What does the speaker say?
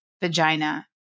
vagina